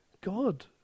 God